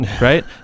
right